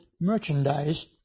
merchandise